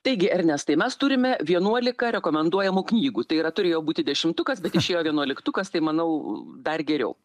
taigi ernestai mes turime vienuolika rekomenduojamų knygų tai yra turėjo būti dešimtukas bet išėjo vienuoliktukas tai manau dar geriau